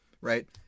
right